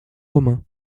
romain